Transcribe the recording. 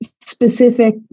specific